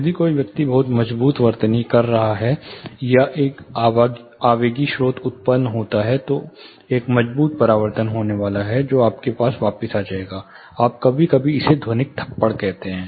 यदि कोई व्यक्ति बहुत मजबूत वर्तनी कर रहा है या एक आवेगी स्रोत उत्पन्न होता है तो एक मजबूत परावर्तन होने वाला है जो उसके पास वापस आ जाएगा आप कभी कभी इसे एक ध्वनिक थप्पड़ कहते हैं